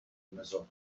masó